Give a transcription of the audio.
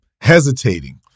hesitating